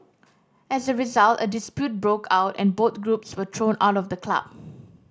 as a result a dispute broke out and both groups were thrown out of the club